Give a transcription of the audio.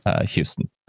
Houston